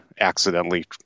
accidentally